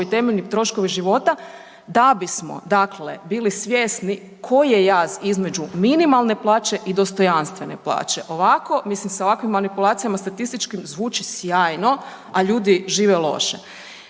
temeljni troškovi života da bismo bili svjesni koji je jaz između minimalne plaće i dostojanstvene plaće. Ovako mislim da ovakvim manipulacijama statističkim zvuči sjajno, a ljudi žive loše.